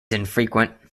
infrequent